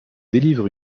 délivre